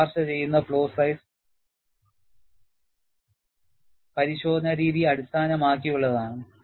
ശുപാർശ ചെയ്യുന്ന flow size പരിശോധന രീതിയെ അടിസ്ഥാനമാക്കിയുള്ളതാണ്